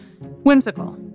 Whimsical